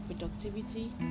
productivity